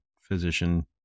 physician